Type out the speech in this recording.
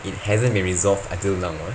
it hasn't been resolved until now ah